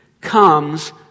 comes